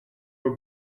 were